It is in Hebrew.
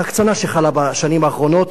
ההקצנה שחלה בשנים האחרונות.